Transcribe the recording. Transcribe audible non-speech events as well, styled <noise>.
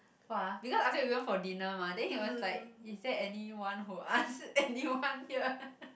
!wah! because afterwards we went for dinner mah then he was like is there anyone who ask <laughs> anyone here